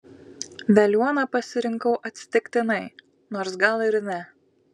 veliuoną pasirinkau atsitiktinai nors gal ir ne